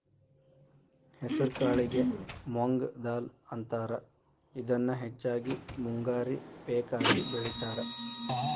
ಹೆಸರಕಾಳಿಗೆ ಮೊಂಗ್ ದಾಲ್ ಅಂತಾರ, ಇದನ್ನ ಹೆಚ್ಚಾಗಿ ಮುಂಗಾರಿ ಪೇಕ ಆಗಿ ಬೆಳೇತಾರ